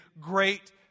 great